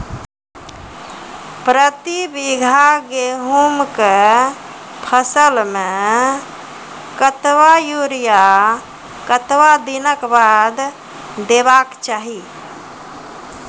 प्रति बीघा गेहूँमक फसल मे कतबा यूरिया कतवा दिनऽक बाद देवाक चाही?